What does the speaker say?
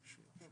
השעה